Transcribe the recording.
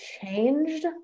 changed